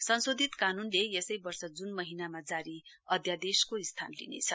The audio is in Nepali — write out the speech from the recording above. संशोधित कानूनले यसै वर्ष जून महीनामा जारी अध्यादेशको स्थान लिनेछ